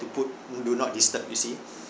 to put do not disturb you see